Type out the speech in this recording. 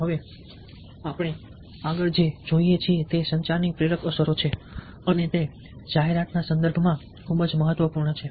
હવે આપણે આગળ જે જોઈએ છીએ તે સંચારની પ્રેરક અસરો છે અને તે જાહેરાતના સંદર્ભમાં ખૂબ જ મહત્વપૂર્ણ છે